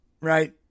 Right